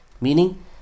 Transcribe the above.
Meaning